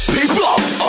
People